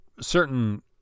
certain